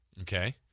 Okay